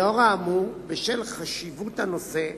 לאור האמור, בשל חשיבות הנושא,